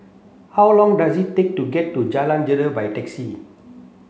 how long does it take to get to Jalan Gelegar by taxi